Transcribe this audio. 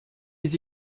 les